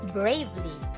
bravely